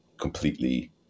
completely